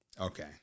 okay